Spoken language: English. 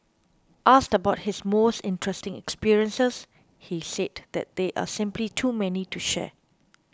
asked about his most interesting experiences he said that there are simply too many to share